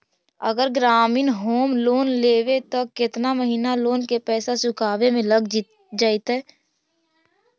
अगर ग्रामीण home loan लेबै त केतना महिना लोन के पैसा चुकावे में लग जैतै?